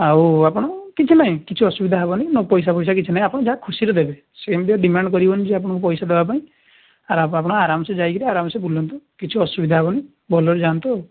ଆଉ ଆପଣ କିଛି ନାହିଁ କିଛି ଅସୁବିଧା ହେବନି ନ ପଇସାଫଇସା କିଛି ନାହିଁ ଆପଣ ଯାହା ଖୁସିରେ ଦେବେ ସିଏ ଏମିତିକା ଡିମାଣ୍ଡ କରିବନି ଯେ ଆପଣଙ୍କୁ ପଇସା ଦେବାପାଇଁ ଆପଣ ଆରାମସେ ଯାଇକିରି ଆରାମସେ ବୁଲନ୍ତୁ କିଛି ଅସୁବିଧା ହେବନି ଭଲରେ ଯାଆନ୍ତୁ